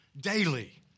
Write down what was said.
daily